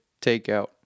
takeout